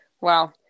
Wow